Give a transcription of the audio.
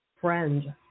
friend